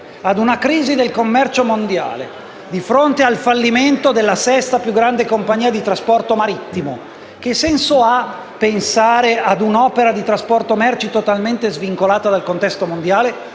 a una crisi del commercio mondiale e al fallimento della sesta più grande compagnia di trasporto marittimo, che senso ha pensare a un'opera di trasporto merci totalmente svincolata dal contesto mondiale?